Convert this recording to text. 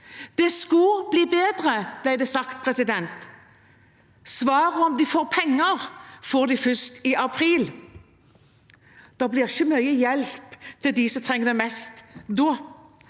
Det skulle bli bedre, ble det sagt. Svaret på om de får penger, får de først i april. Det blir ikke mye hjelp til dem som trenger det mest da.